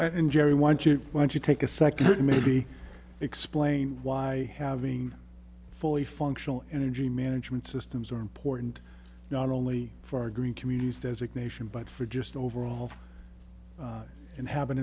and jerry want you want to take a second maybe explain why having fully functional energy management systems are important not only for our green communities designation but for just overall inhabit